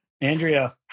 Andrea